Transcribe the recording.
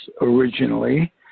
originally